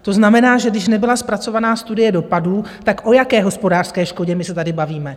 To znamená, že když nebyla zpracovaná studie dopadů, tak o jaké hospodářské škodě my se tady bavíme?